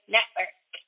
Network